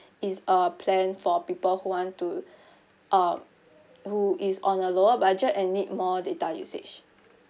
is a plan for people who want to uh who is on a lower budget and need more data usage